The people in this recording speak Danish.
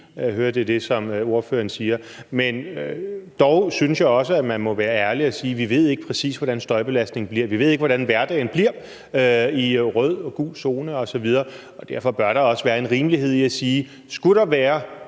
er det, som ordføreren siger. Dog synes jeg også, at man må være ærlig og sige, at vi ikke ved, præcis hvordan støjbelastningen bliver. Vi ved ikke, hvordan hverdagen bliver i rød og gul zone osv. Derfor bør der også være en rimelighed i at sige, at skulle der være